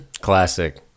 Classic